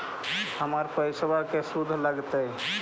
हमर पैसाबा के शुद्ध लगतै?